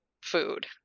food